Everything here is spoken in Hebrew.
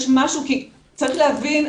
צריך להבין,